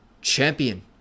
champion